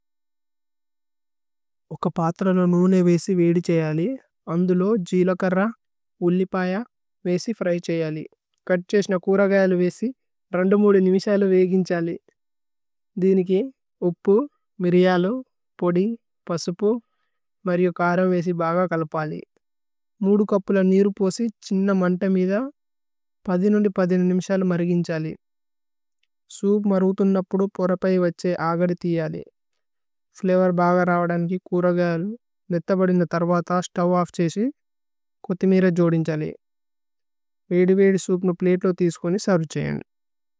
ഉക പത്ര ലോ നുനേ വേസി വേദി ഛയ ലി, അന്ധുല് ലോ ജീലകര, ഉല്ലിപയ വേസി ഫ്ര്യ് ഛയ ലി। കദ് ഛേശ്ന കുര കയ ലി വേസി, രേന്ദ മൂദി നിമിശ ലി വേഗിന് ഛയ ലി। ദേനി കി, ഉപു, മിര്യലു, പോദി, പസുപു, മരിഓ കര വേസി ബഗ കലപ ലി। മൂദു കപ്പു ലോ നിരുപോ സി, ഛന്ന മന്തമിദ, പധി നുന്ദി പധി നു നിമിശ ലി മരിഗിന് ഛയ ലി। സൂപ് മരുതുന് നപ്പുദു പോരപയി വഛേ ആഗദ് ഥിയ ലി। ഫ്ലവോര് ബഗ രവദന് കി കുര കലു, മേഥ ബദിന് ന തര്വത, സ്തവവ് ഛേശി, കോഥിമിര ജോദിന് ഛലേ ലി। വേദി വേദി സൂപ് നു പ്ലതേ ലോ തിസ്കോ നി സരുഛയിന് ലി।